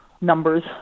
numbers